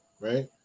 right